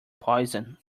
poison